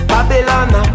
Babylon